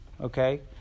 okay